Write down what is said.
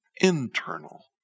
internal